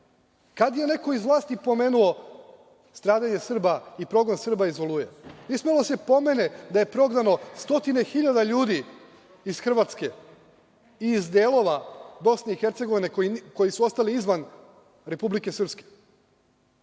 Kad je neko iz vlasti pomenuo stradanje Srba i progon Srba iz "Oluje"? Nije smelo da se pomene da je prognano stotine hiljada ljudi iz Hrvatske i iz delova Bosne i Hercegovine koji su ostali izvan Republike Srpske. Tek